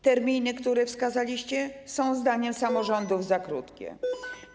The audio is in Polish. Terminy, które wskazaliście, są zdaniem samorządów za krótkie.